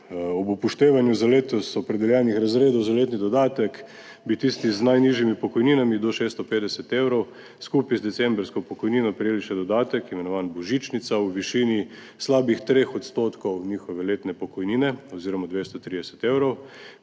Ob upoštevanju za letos opredeljenih razredov za letni dodatek bi tisti z najnižjimi pokojninami do 650 evrov skupaj z decembrsko pokojnino prejeli še dodatek, imenovan božičnica, v višini slabih treh odstotkov njihove letne pokojnine oziroma 230 evrov.